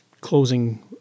closing